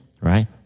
right